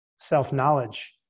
self-knowledge